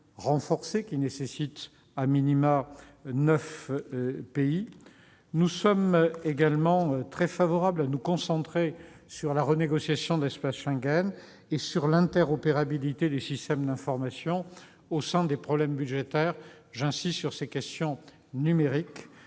renforcée », qui nécessite neuf pays. Nous sommes également très favorables à la renégociation de l'espace Schengen et à l'interopérabilité des systèmes d'information au sein des problèmes budgétaires. J'insiste sur ces questions numériques